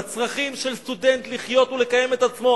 בצרכים של סטודנט לחיות ולקיים את עצמו,